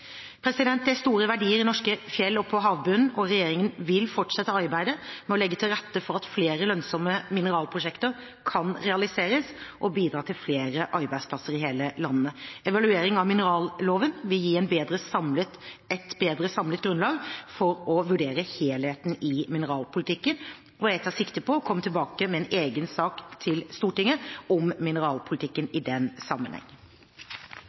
Det er store verdier i norske fjell og på havbunnen, og regjeringen vil fortsette arbeidet med å legge til rette for at flere lønnsomme mineralprosjekter kan realiseres og bidra til flere arbeidsplasser i hele landet. Evalueringen av mineralloven vil gi et bedre samlet grunnlag for å vurdere helheten i mineralpolitikken. Jeg tar sikte på å komme tilbake med en egen sak til Stortinget om mineralpolitikken i den sammenheng.